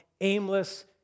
aimless